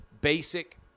basic